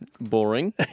boring